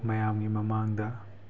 ꯃꯌꯥꯝꯒꯤ ꯃꯃꯥꯡꯗ